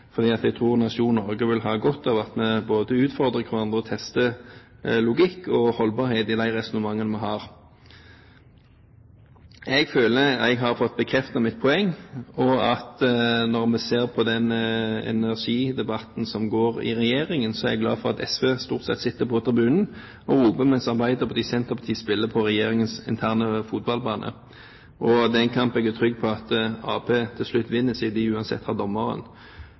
jeg tror at nasjonen Norge kan ha godt av at vi både utfordrer hverandre og tester logikk og holdbarhet i de resonnementene vi har. Jeg føler at jeg har fått bekreftet mitt poeng. Og når vi ser den energidebatten som foregår i regjeringen, er jeg glad for at SV stort sett sitter på tribunen og roper, mens Arbeiderpartiet og Senterpartiet spiller på regjeringens interne fotballbane. Det er en kamp jeg er trygg på at Arbeiderpartiet til slutt vinner, siden de uansett har dommeren.